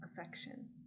affection